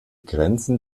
grenzen